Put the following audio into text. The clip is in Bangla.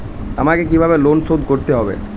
আমাকে কিভাবে লোন শোধ করতে হবে?